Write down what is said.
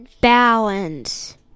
Balance